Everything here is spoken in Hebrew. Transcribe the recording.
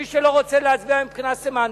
מי שלא רוצה להצביע מבחינה סמנטית,